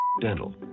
Dental